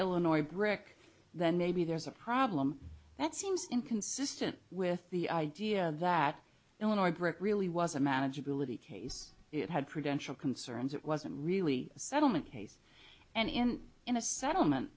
illinois brick then maybe there's a problem that seems inconsistent with the idea that illinois brick really was a manageability case it had credential concerns it wasn't really a settlement case and in in a settlement